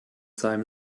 seinem